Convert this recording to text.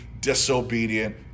disobedient